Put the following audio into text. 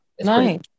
Nice